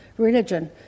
Religion